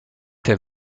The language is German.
der